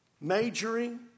Majoring